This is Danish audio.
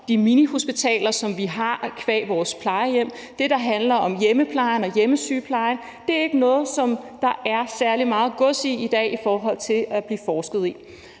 de minihospitaler, som vi har qua vores plejehjem, og det, der handler om hjemmeplejen og hjemmesygeplejen, er ikke noget, som der er særlig meget gods i i dag i forhold til at blive forsket i.